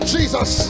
Jesus